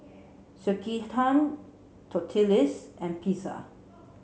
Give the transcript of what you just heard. Sekihan Tortillas and Pizza